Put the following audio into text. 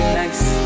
nice